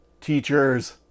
teachers